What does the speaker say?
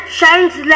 shines